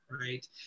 Right